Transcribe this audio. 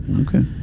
Okay